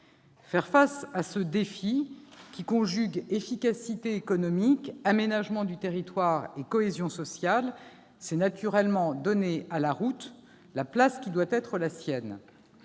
Faire face à ce défi, qui conjugue efficacité économique, aménagement du territoire et cohésion sociale, c'est naturellement donner à la route la place qui doit être la sienne